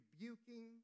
rebuking